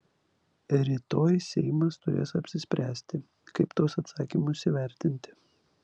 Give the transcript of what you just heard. rytoj seimas turės apsispręsti kaip tuos atsakymus įvertinti